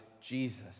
Jesus